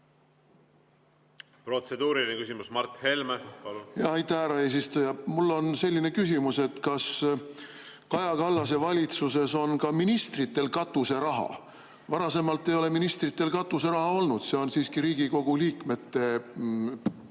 Protseduuriline küsimus, Mart Helme, palun! Aitäh, härra eesistuja! Mul on selline küsimus: kas Kaja Kallase valitsuses on ka ministritel katuseraha? Varasemalt ei ole ministritel katuseraha olnud, see on siiski Riigikogu liikmete